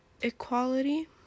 equality